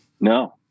No